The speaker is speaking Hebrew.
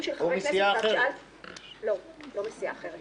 הוא לא ענה על השאלות שלי, הוא ענה רק לה.